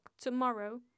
tomorrow